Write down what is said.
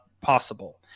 possible